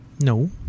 No